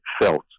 felt